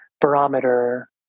barometer